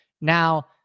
Now